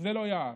ולא יער.